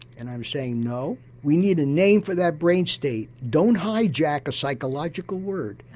and i'm saying no, we need a name for that brain state, don't hijack a psychological word.